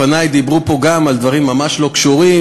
לפני דיברו פה גם על דברים ממש לא קשורים,